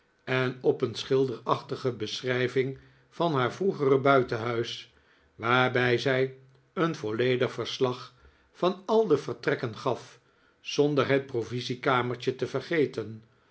en op een schilderachtige beschrijving van haar vroegere buitenhuis waarbij zij een volledig verslag van al de vertrekken gaf zonder het provisiekamertje te vergeten